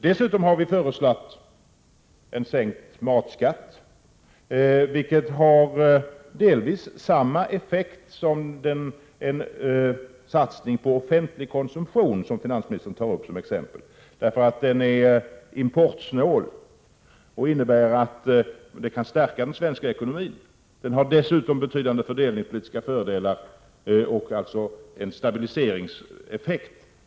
Dessutom har vi föreslagit en sänkt matskatt, vilken delvis har samma effekt som en satsning på offentlig konsumtion, som finansministern nämnde som ett exempel, därför att den är importsnål och innebär en förstärkning av den svenska ekonomin och dessutom har betydande fördelningspolitiska fördelar samt en stabiliseringseffekt.